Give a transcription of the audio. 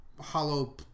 hollow